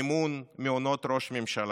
מימון מעונות ראש ממשלה,